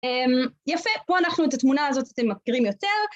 יפה, פה אנחנו את התמונה הזאת אתם מכירים יותר.